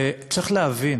וצריך להבין